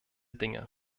dinge